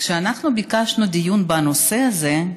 כשאנחנו ביקשנו דיון בנושא הזה,